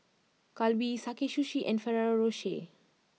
Calbee Sakae Sushi and Ferrero Rocher